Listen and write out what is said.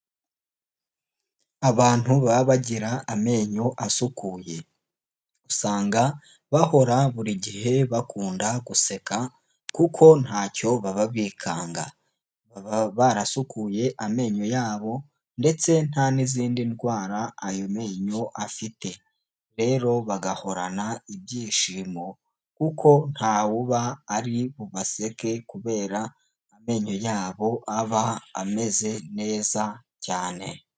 Abantu baba bagira amenyo asukuye, usanga bahora buri gihe bakunda guseka, kuko ntacyo baba bikanga. Baba barasukuye amenyo yabo, ndetse nta n'izindi ndwara ayo menyo afite. Rero bagahorana ibyishimo, kuko nta wuba ari bubaseke, kubera amenyo yabo aba ameze neza cyane.